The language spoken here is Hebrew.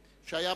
בייעוץ,